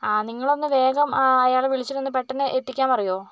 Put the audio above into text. ആ നിങ്ങൾ ഒന്നു വേഗം ആ അയാളെ വിളിച്ചിട്ടൊന്നു പെട്ടെന്ന് എത്തിക്കാൻ പറയുമോ